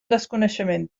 desconeixement